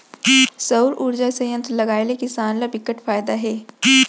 सउर उरजा संयत्र लगाए ले किसान ल बिकट फायदा हे